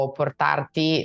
portarti